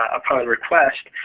upon request,